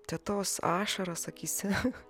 tetos ašaros akyse